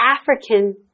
African